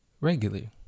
regularly